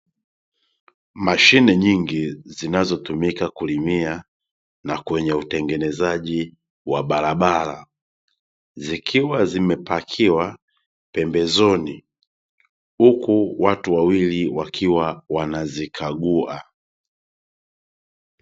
Mashine nyingi zinazotumika kulimia na kwenye utengenezaji wa barabara, zikiwa zimepakiwa pembezoni huku watu wawili wakiwa wanazikagua.